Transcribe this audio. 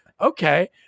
okay